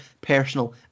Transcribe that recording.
personal